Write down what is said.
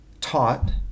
taught